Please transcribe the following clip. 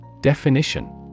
Definition